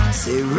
say